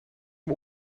hem